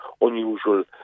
unusual